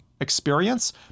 experience